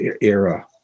era